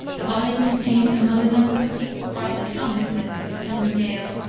the volume contained among a number of pieces broadly comic, like the september gale,